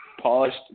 polished